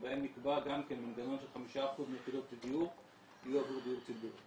שבהם נקבע גם כן מנגנון ש-5% מיחידות הדיור יהיו עבור דיור ציבורי.